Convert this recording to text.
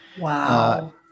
Wow